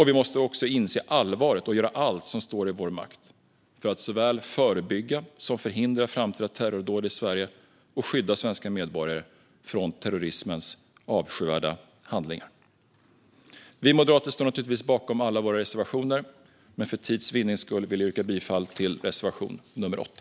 Vi måste också inse allvaret och göra allt som står i vår makt för att såväl förebygga som förhindra framtida terrordåd i Sverige och skydda svenska medborgare från terrorismens avskyvärda handlingar. Vi moderater står naturligtvis bakom alla våra reservationer, men för tids vinnande vill jag yrka bifall endast till reservation nr 8.